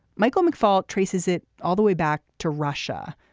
michael mcfaul traces it all the way back to russia.